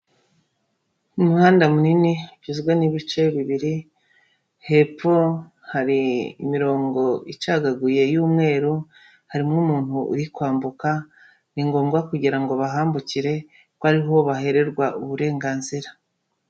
Umuhanda munini ugizwe n'ibice bibiri, hepfo hari imirongo icagaguye y'umweru, harimo umuntu uri kwambuka, ni ngombwa kugira ngo bahambukire ko ari ho bahererwa uburenganzira.